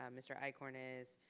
um mr. eichorn is,